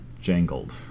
Jangled